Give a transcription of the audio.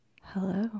Hello